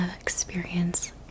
experience